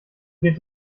geht